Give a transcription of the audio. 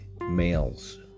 males